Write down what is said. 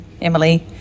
Emily